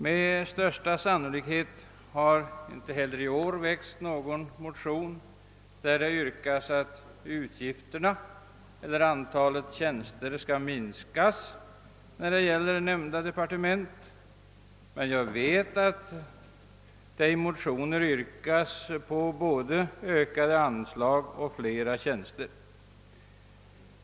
Med största sannolikhet har inte heller i år väckts någon motion med yrkande om att utgifterna eller antalet tjänster skall minskas när det gäller utbildningsdepartementets verksamhetsområde, men däremot yrkas det i motioner på både ökade anslag och flera tjänster.